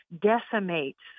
decimates